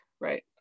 right